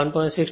05 1